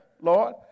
Lord